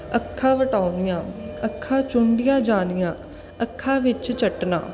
ਅੱਖਾਂ ਵਟਾਉਂਣੀਆਂ ਅੱਖਾਂ ਚੁੰਡੀਆਂ ਜਾਣੀਆਂ ਅੱਖਾਂ ਵਿੱਚ ਚੱਟਣਾ